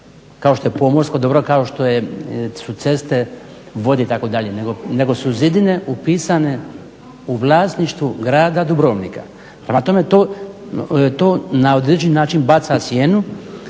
Kao što je pomorsko dobro, kao što su ceste, vode, itd, nego su zidine upisane u vlasništvu grada Dubrovnika. Prema tome to na određeni način baca sjenu